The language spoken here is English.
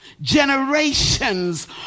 Generations